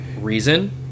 reason